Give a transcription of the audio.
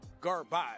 Garbage